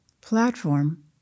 platform